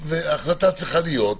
ההחלטה צריכה להיות,